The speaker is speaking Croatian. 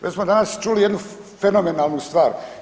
Već smo danas čuli jednu fenomenalnu stvar.